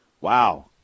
Wow